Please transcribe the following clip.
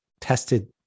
tested